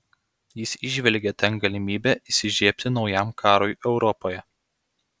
jis įžvelgė ten galimybę įsižiebti naujam karui europoje